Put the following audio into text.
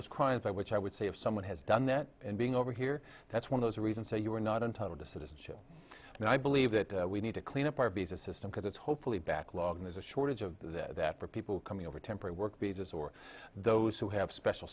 those crimes by which i would say if someone has done that and being over here that's when those reasons say you are not entitled to citizenship and i believe that we need to clean up our visa system because it's hopefully backlog there's a shortage of that for people coming over temporary work visas or those who have special